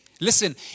Listen